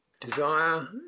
desire